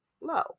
low